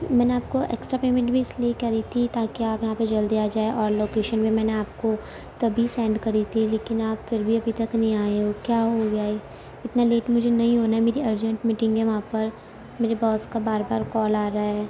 میں نے آپ کو ایکسٹرا پیمینٹ بھی اس لیے کری تھی تاکہ آپ یہاں پہ جلدی آ جائیں اور لوکیشن بھی میں نے آپ کو تبھی سینڈ کری تھی لیکن آپ پھر بھی ابھی تک نہیں آئے ہو کیا ہو گیا ہے اتنا لیٹ مجھے نہیں ہونا ہے میری ارجینٹ میٹنگ ہے وہاں پر میرے بوس کا بار بار کال آ رہا ہے